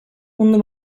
mundu